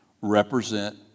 represent